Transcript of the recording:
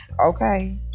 okay